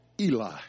Eli